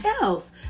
else